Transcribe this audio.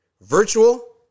Virtual